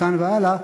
מכאן והלאה,